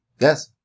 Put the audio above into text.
Yes